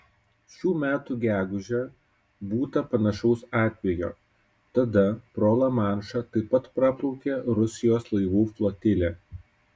šių metų gegužę būta panašaus atvejo tada pro lamanšą taip pat praplaukė rusijos laivų flotilė